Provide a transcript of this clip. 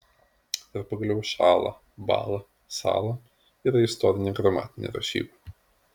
ir pagaliau šąla bąla sąla yra istorinė gramatinė rašyba